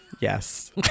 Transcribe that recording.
yes